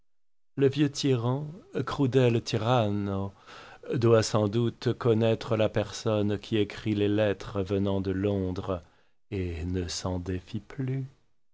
le vieux tyran crudel tiranno doit sans doute connaître la personne qui écrit les lettres venant de londres et ne s'en défie plus